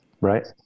right